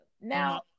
Now